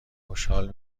خوشحال